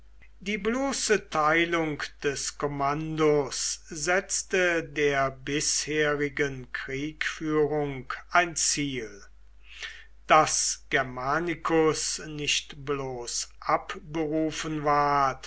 die bloße teilung des kommandos setzte der bisherigen kriegführung ein ziel daß germanicus nicht bloß abberufen ward